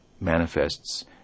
manifests